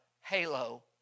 halo